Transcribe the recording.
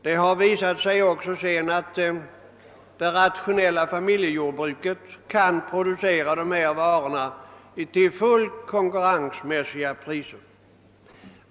Det har också sedermera visat sig att det rationella familjejordbruket kan producera dessa varor till fullt konkurrensmässiga priser.